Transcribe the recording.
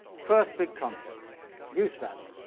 first big concept use-value.